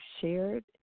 shared